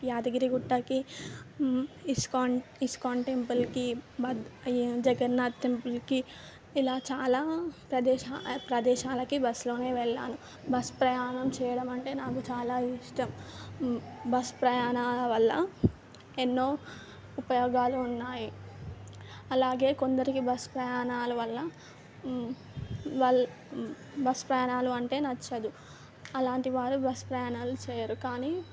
యాదగిరిగుట్టకి ISKCON ISKCON టెంపుల్కి జగన్నాథ్ టెంపుల్కి ఇలా చాలా ప్రదేశ ప్రదేశాలకి బస్లో వెళ్ళాను బస్ ప్రయాణం చేయడం అంటే నాకు చాలా ఇష్టం బస్ ప్రయాణాల వల్ల ఎన్నో ఉపయోగాలు ఉన్నాయి అలాగే కొందరికి బస్ ప్రయాణాల వల్ల వల్ బస్ ప్రయాణాలు అంటే నచ్చదు అలాంటి వారు బస్ ప్రయాణాలు చేయరు కానీ